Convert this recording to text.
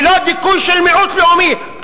ללא דיכוי של מיעוט לאומי,